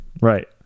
right